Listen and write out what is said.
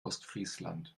ostfriesland